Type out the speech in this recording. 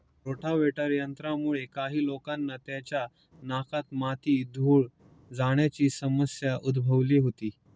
rotavator यंत्रामुळे काही लोकांना त्यांच्या नाकात माती, धूळ जाण्याची समस्या उद्भवली होती